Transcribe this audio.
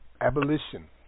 Abolition